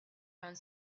around